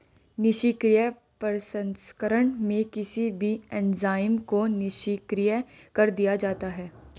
निष्क्रिय प्रसंस्करण में किसी भी एंजाइम को निष्क्रिय कर दिया जाता है